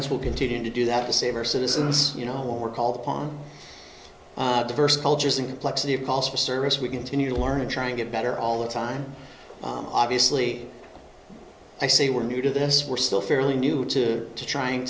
us will continue to do that to save our citizens you know when we're called upon diverse cultures and complexity of calls for service we continue to learn and try to get better all the time obviously i say we're new to this we're still fairly new to trying